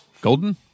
Golden